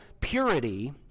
purity